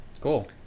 Cool